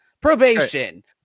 probation